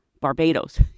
Barbados